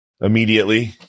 immediately